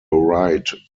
right